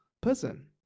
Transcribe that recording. person